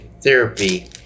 therapy